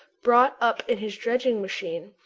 brought up in his dredging-machine,